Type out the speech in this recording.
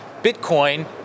Bitcoin